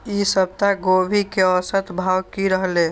ई सप्ताह गोभी के औसत भाव की रहले?